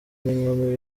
n’inkumi